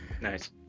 nice